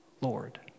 Lord